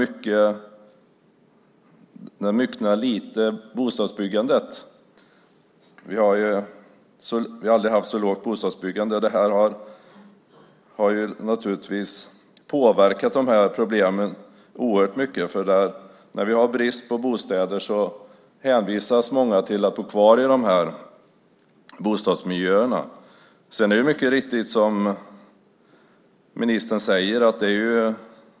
Vi har aldrig haft så lågt bostadsbyggande. Det späder på problemen. Vid brist på bostäder hänvisas många till att bo kvar i dessa bostadsmiljöer. Det är dock mycket riktigt som ministern säger.